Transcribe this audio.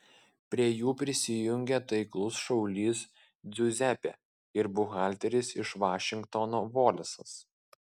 prie jų prisijungia taiklus šaulys džiuzepė ir buhalteris iš vašingtono volesas